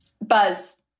Buzz